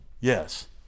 Yes